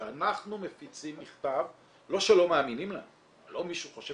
כשאנחנו מפיצים מכתב, לא שלא מאמינים לנו,